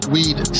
weed